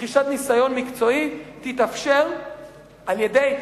רכישת ניסיון מקצועי תתאפשר על-ידי,